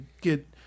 get